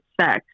sex